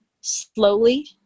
slowly